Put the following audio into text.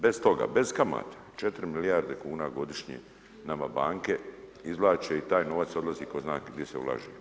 Bez toga, bez kamata, 4 milijarde kuna godišnje nama banke izvlače i taj novac odlazi, tko zna gdje se ulaže.